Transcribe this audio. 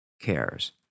cares